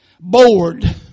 bored